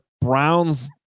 Browns